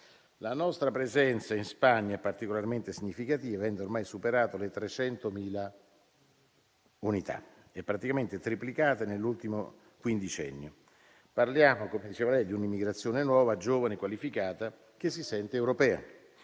La nostra presenza in Spagna è particolarmente significativa, avendo ormai superato le 300.000 unità: è praticamente triplicata nell'ultimo quindicennio. Parliamo - come diceva lei - di un'immigrazione nuova, giovane, qualificata, che si sente europea.